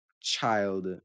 child